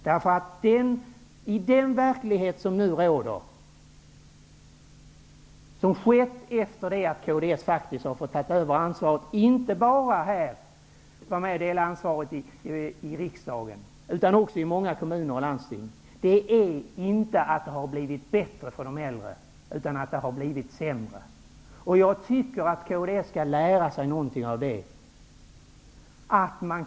I den verklighet som nu råder, den som kommit att råda efter det att kds faktiskt har fått ta över ansvaret -- kds finns med inte bara här i riksdagen utan också i många kommuner och landsting -- har de äldre inte fått det bättre, utan sämre. Jag tycker att kds skall lära sig något av det.